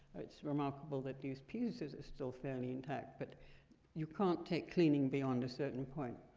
it's remarkable that these pieces are still fairly intact, but you can't take cleaning beyond a certain point.